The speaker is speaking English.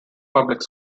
public